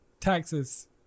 taxes